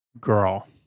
girl